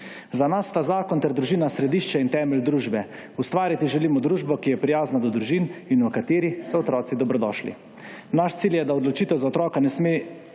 Za nas sta zakon ter družina središče in temelj družbe. Ustvariti želimo družbo, ki je prijazna do družin in v kateri so otroci dobrodošli. Naš cilj je, da odločitev za otroka ne sme